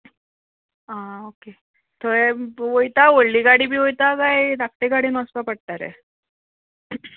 आ okay थंय वयता व्हडली गाडी बिन वयता काय धाकटें गाडयेन वचपाक पडटले बरें